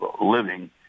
living